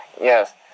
Yes